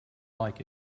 like